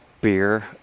beer